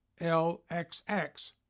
LXX